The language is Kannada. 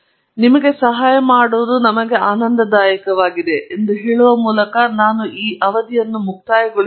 ನಿಮಗೆ ಸಹಾಯ ಮಾಡುವುದು ನಮಗೆ ಸಂತೋಶ ಎಂದು ಹೇಳುವ ಮೂಲಕ ನಾನು ಮುಕ್ತಾಯ ಗೊಳಿಸುತ್ತೇನೆ